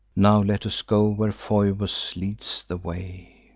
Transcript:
now let us go where phoebus leads the way